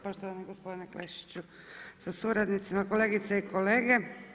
Poštovani gospodine Klešiću sa suradnicima, kolegice i kolege.